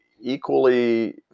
equally